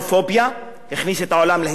הכניס את העולם להיסטריה מאירן,